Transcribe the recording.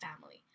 family